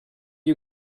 you